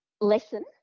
lesson